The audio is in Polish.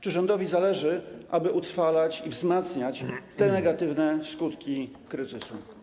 Czy rządowi zależy, aby utrwalać i wzmacniać negatywne skutki kryzysu?